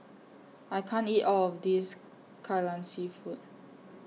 I can't eat All of This Kai Lan Seafood